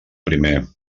primer